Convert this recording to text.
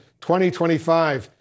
2025